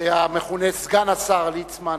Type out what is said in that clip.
המכונה סגן השר, ליצמן.